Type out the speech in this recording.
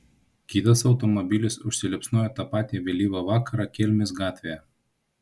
kitas automobilis užsiliepsnojo tą patį vėlyvą vakarą kelmės gatvėje